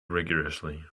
rigourously